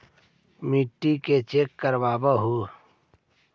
मिट्टीया के चेक करबाबहू?